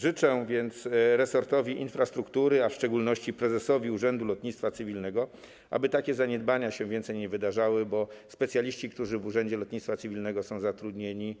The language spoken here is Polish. Życzę więc resortowi infrastruktury, a w szczególności prezesowi Urzędu Lotnictwa Cywilnego, aby takie zaniedbania się więcej nie wydarzały, bo specjaliści, którzy w Urzędzie Lotnictwa Cywilnego są zatrudnieni,